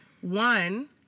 One